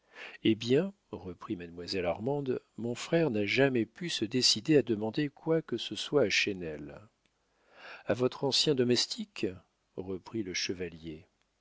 hé bien reprit mademoiselle armande mon frère n'a jamais pu se décider à demander quoi que ce soit à chesnel a votre ancien domestique reprit le chevalier